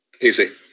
easy